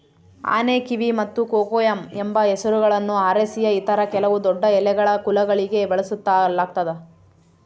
ಆನೆಕಿವಿ ಮತ್ತು ಕೊಕೊಯಮ್ ಎಂಬ ಹೆಸರುಗಳನ್ನು ಅರೇಸಿಯ ಇತರ ಕೆಲವು ದೊಡ್ಡಎಲೆಗಳ ಕುಲಗಳಿಗೆ ಬಳಸಲಾಗ್ತದ